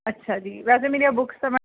ਅੱਛਾ ਜੀ ਵੈਸੇ ਮੇਰੀਆ ਬੁੱਕਸ ਤਾਂ ਮੈਮ